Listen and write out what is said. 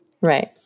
Right